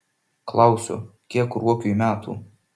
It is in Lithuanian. klausiu kiek ruokiui metų